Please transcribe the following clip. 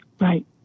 Right